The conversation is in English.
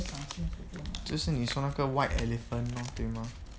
就是你说那个 white elephant lor 对吗